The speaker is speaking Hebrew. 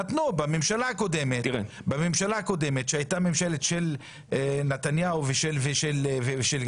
נתנו בממשלה הקודמת שהייתה ממשלת נתניהו וגנץ.